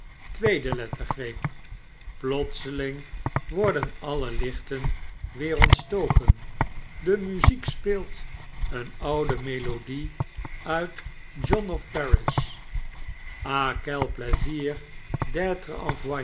tweede lettergreep plotseling worden alle lichten weer ontstoken de muziek speelt een oude melodie uit john of paris ah quel